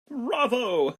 bravo